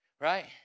right